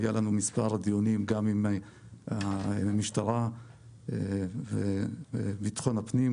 והיו לנו מספר דיונים גם עם המשטרה וביטחון הפנים.